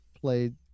played